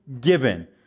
given